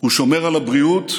הוא שומר על הבריאות,